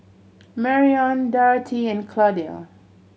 Marrion Dorathea and Claudio